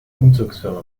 umzugsfirma